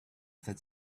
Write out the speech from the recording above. that